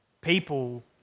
People